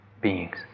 beings